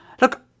Look